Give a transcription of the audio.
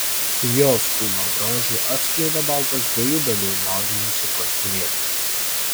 jos kūno grožį atskleidė baltas dviejų dalių maudymosi kostiumėlis